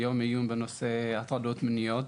יום עיון, בנושא הטרדות מיניות